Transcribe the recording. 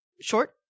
short